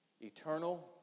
eternal